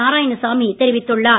நாராயணசாமி என தெரிவித்துள்ளார்